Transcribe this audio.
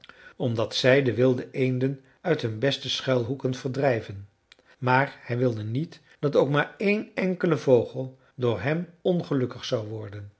omdat zij de wilde eenden uit hun beste schuilhoeken verdrijven maar hij wilde niet dat ook maar één enkele vogel door hem ongelukkig zou worden